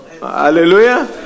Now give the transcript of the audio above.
Hallelujah